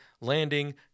landing